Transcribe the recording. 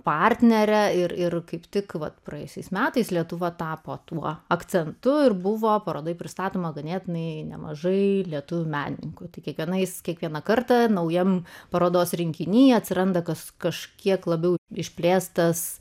partnerę ir ir kaip tik vat praėjusiais metais lietuva tapo tuo akcentu ir buvo parodoj pristatoma ganėtinai nemažai lietuvių menininkų tai kiekvienais kiekvieną kartą naujam parodos rinkiny atsiranda kas kažkiek labiau išplėstas